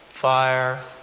fire